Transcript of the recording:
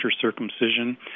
circumcision